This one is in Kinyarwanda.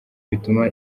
bituma